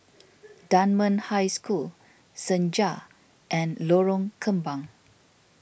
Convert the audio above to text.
Dunman High School Senja and Lorong Kembang